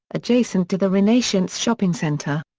adjacent to the renaissance shopping center.